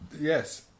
Yes